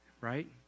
Right